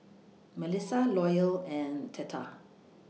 Mellissa Loyal and Theta